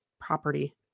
property